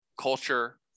culture